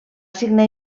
signar